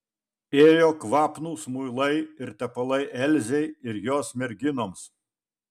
ėjo kvapnūs muilai ir tepalai elzei ir jos merginoms